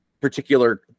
particular